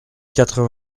quatre